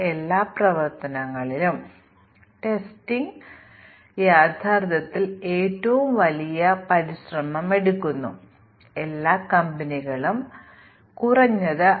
അതിനാൽ മ്യൂട്ടേഷൻ ടെസ്റ്റിംഗിലെ പ്രശ്നങ്ങളിൽ ഒരു വലിയ പ്രശ്നം ഇക്വലെനറ്റ് മ്യൂട്ടന്റ് ആണ്